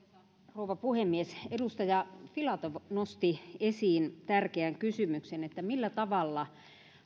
rouva puhemies edustaja filatov nosti esiin tärkeän kysymyksen että millä tavalla